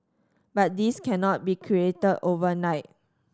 but this cannot be created overnight